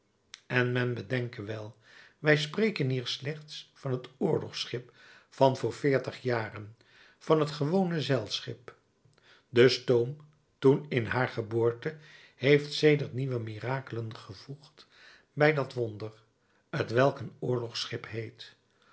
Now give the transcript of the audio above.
en men bedenke wel wij spreken hier slechts van het oorlogsschip van voor veertig jaren van het gewone zeilschip de stoom toen in haar geboorte heeft sedert nieuwe mirakelen gevoegd bij dat wonder t welk een oorlogsschip heet